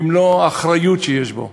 במלוא האחריות שיש בו,